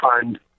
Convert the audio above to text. find